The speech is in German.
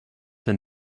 denn